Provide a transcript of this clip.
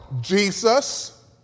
Jesus